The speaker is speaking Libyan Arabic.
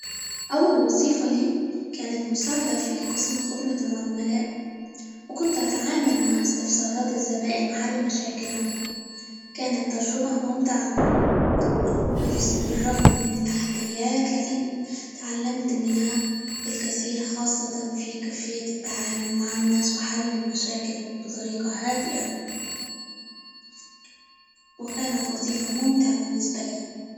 أول وظيفة لي كانت مساعدة في قسم خدمة -العل- العملاء، وكنت أتعامل مع استفسارات الزبائن، وحل مشاكلهم، كان تجربة ممتعة، -بال- بالرغم من التحديات، لكن تعلمت منها الكثير خاصة فى كيفية التعامل مع الناس، وحل المشاكل بطريقة هادئة، وكانت وظيفة ممتعة بالنسبة لي.